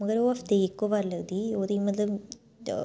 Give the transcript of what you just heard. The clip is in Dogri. मगर ओह् हफ्ते गी इक्को बारी लगदी ही ओह्दी मतलब ते